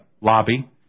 lobby